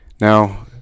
Now